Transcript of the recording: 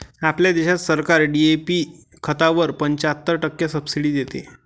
आपल्या देशात सरकार डी.ए.पी खतावर पंच्याहत्तर टक्के सब्सिडी देते